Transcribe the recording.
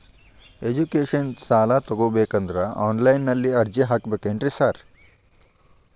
Education ಸಾಲ ತಗಬೇಕಂದ್ರೆ online ನಲ್ಲಿ ಅರ್ಜಿ ಹಾಕ್ಬೇಕೇನ್ರಿ ಸಾರ್?